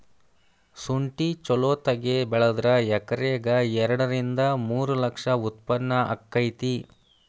ಸುಂಠಿ ಚಲೋತಗೆ ಬೆಳದ್ರ ಎಕರೆಕ ಎರಡ ರಿಂದ ಮೂರ ಲಕ್ಷ ಉತ್ಪನ್ನ ಅಕೈತಿ